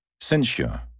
Censure